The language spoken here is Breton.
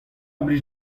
blij